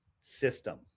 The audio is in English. system